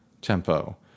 tempo